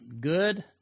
good